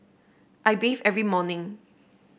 I bathe every morning